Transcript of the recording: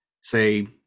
say